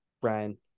Brian